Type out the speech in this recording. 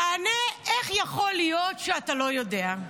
תענה, איך יכול להיות שאתה לא יודע?